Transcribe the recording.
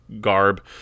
garb